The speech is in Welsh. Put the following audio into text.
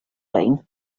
lein